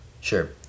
Sure